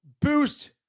boost